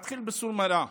אתחיל ב"סור מרע".